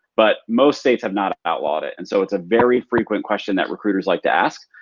but most states have not outlawed it and so it's a very frequent question that recruiters like to ask.